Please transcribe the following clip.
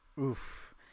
Oof